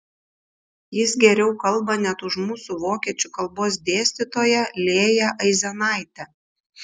jis geriau kalba net už mūsų vokiečių kalbos dėstytoją lėją aizenaitę